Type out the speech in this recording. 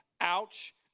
ouch